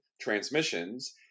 Transmissions